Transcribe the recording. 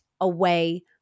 away